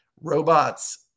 robots